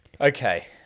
Okay